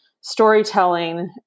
storytelling